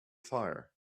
fire